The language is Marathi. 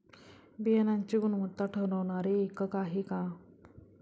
बियाणांची गुणवत्ता ठरवणारे एकक आहे का?